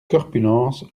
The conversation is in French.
corpulence